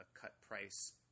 cut-price